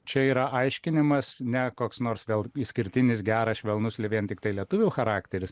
čia yra aiškinimas ne koks nors vėl išskirtinis geras švelnus li vien tiktai lietuvių charakteris